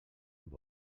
amb